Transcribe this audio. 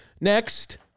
Next